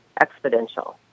exponential